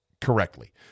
Correctly